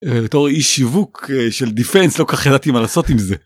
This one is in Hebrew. תור איש שיווק של דיפיינס לא כל כך ידעתי מה לעשות עם זה.